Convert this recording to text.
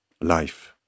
life